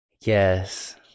Yes